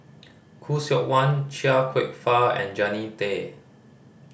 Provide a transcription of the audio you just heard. Khoo Seok Wan Chia Kwek Fah and Jannie Tay